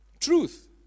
Truth